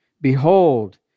Behold